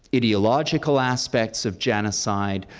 ideological aspects of genocide,